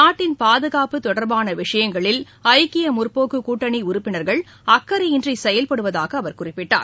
நாட்டின் பாதுகாப்பு தொடர்பான விஷயங்களில் ஐக்கிய முற்போக்கு கூட்டணி உறுப்பினர்கள் அக்கறையின்றி செயல்படுவதாக அவர் குறிப்பிட்டார்